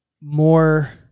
more